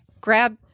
Grab